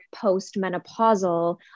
post-menopausal